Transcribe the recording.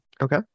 Okay